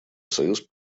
союз